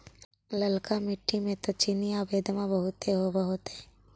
ललका मिट्टी मे तो चिनिआबेदमां बहुते होब होतय?